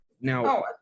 Now